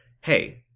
hey